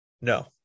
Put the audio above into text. No